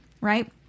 right